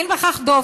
אין בכך דופי.